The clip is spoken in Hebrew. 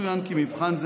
כך למשל,